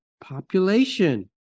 population